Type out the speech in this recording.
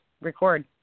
record